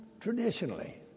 traditionally